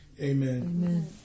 amen